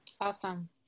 Awesome